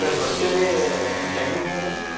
sir ಬರ್ತೀವಿ ರೀ ನಿಮ್ಮ ಟೈಮಿಂಗ್ ಏನು ಸರ್